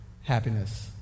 happiness